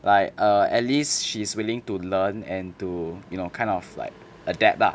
like err at least she's willing to learn and to you know kind of like adapt lah